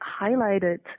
highlighted